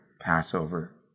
Passover